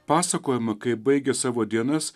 pasakojama kaip baigia savo dienas